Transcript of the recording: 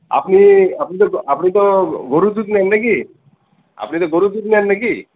আপনি আপনি তো আপনি তো গরুর দুধ নেন নাকি আপনি তো গরুর দুধ নেন নাকি